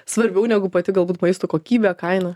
svarbiau negu pati galbūt maisto kokybė kaina